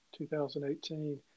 2018